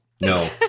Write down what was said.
No